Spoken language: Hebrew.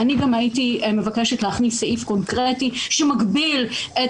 ואני גם הייתי מבקשת להכניס סעיף קונקרטי שמגביל את